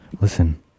Listen